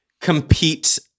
compete